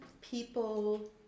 people